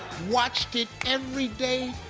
watched it every day.